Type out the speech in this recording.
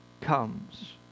comes